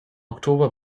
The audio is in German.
oktober